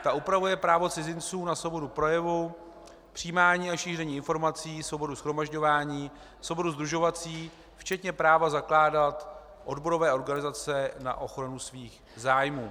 Ta upravuje právo cizinců na svobodu projevu, přijímání a šíření informací, svobodu shromažďování, svobodu sdružovací včetně práva zakládat odborové organizace na ochranu svých zájmů.